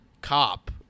cop